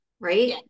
Right